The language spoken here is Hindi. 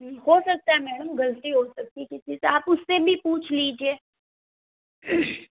हो सकता है मैडम गलती हो सकती है किसी से आप उससे भी पूछ लीजिये